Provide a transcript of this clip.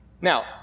Now